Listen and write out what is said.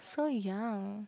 so young